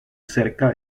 cerca